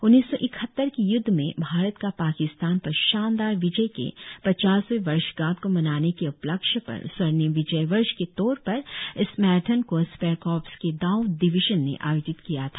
उन्नीस सौ इकहत्तर की य्द्द में भारत का पाकीस्तान पर शानदार विजय के पचासवे वर्षगाठ को मनाने के उपलक्ष्य पर स्वर्णीम विजय वर्ष के तौर पर इस मैराथन को स्पेर कोर्प्स के दाओ डिविजन ने आयोजित किया था